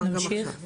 נמשיך?